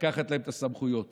לקחת להם את הסמכויות.